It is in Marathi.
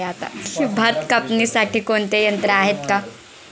भात कापणीसाठी कोणते यंत्र आहेत का?